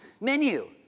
menu